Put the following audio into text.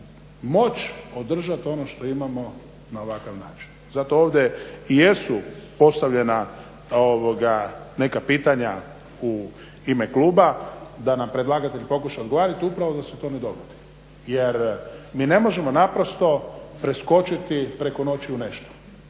moći održati ono što imamo na ovakav način. Zato ovdje i jesu postavljena neka pitanja u ime kluba da nam predlagatelj pokuša odgovorit upravo da se to ne dogodi, jer mi ne možemo naprosto preskočiti preko noći u nešto.